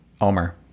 Omer